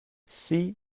see